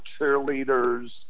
cheerleaders